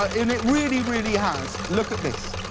and it really, really has. look at this.